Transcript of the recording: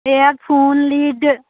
air full lead